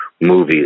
movies